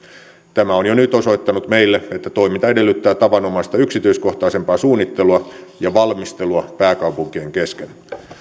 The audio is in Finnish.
tämä on jo nyt osoittanut meille että toiminta edellyttää tavanomaista yksityiskohtaisempaa suunnittelua ja valmistelua pääkaupunkien kesken